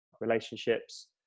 relationships